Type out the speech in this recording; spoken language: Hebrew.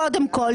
קודם כל,